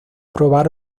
probar